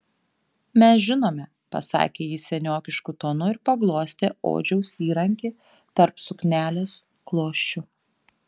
mes žinome pasakė ji seniokišku tonu ir paglostė odžiaus įrankį tarp suknelės klosčių